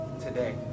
today